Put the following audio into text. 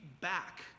back